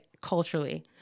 culturally